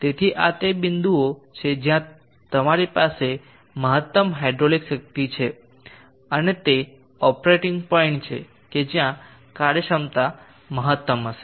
તેથી આ તે બિંદુઓ છે જ્યાં તમારી પાસે મહત્તમ હાઇડ્રોલિક શક્તિ છે અને તે ઓપરેટિંગ પોઇન્ટ છે કે જ્યાં કાર્યક્ષમતા મહત્તમ હશે